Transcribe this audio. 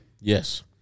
Yes